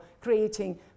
creating